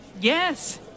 yes